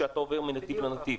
כשאתה עובר מנתיב לנתיב.